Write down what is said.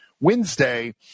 Wednesday